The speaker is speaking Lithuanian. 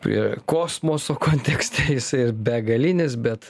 prie kosmoso kontekste ir begalinis bet